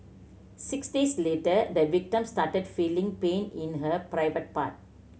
six days later the victim started feeling pain in her private part